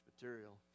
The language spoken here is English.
material